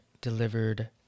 delivered